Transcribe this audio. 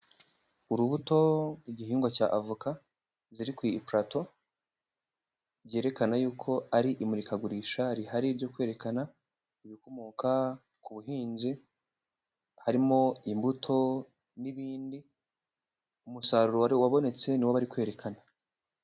Urubuto igihingwa cya avoka ziri ku i palato. Byerekana yuko ari imurikagurisha rihari ibyo kwerekana ibikomoka ku buhinzi. Harimo imbuto n'ibindi. Umusaruro wari wabonetse n'iwo bari kwerekana.